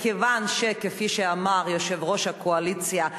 מכיוון שכפי שאמר יושב-ראש הקואליציה,